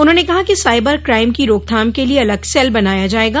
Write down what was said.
उन्होंने कहा कि साइबर क्राइम की रोकथाम के लिए अलग सेल बनाया जाएगा